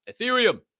Ethereum